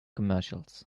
commercials